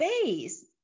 space